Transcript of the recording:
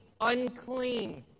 unclean